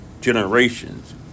generations